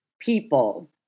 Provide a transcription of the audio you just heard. people